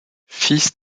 fils